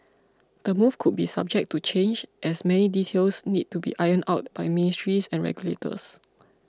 the move could be subject to change as many details need to be ironed out by ministries and regulators